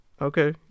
Okay